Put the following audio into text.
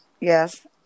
Yes